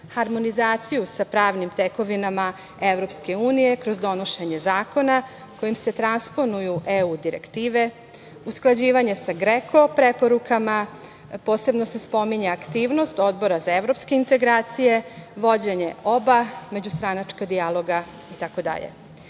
harmonizaciju sa pravnim tekovinama EU kroz donošenje zakona kojim se transponuju EU direktive, usklađivanje sa GREKO preporukama, posebno se spominje aktivnost Odbora za evropske integracije, vođenje oba međustranačka dijaloga itd. Zato